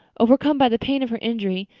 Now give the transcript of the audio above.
overcome by the pain of her injury,